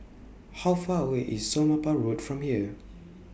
How Far away IS Somapah Road from here